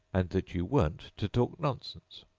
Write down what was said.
and that you weren't to talk nonsense.